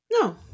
No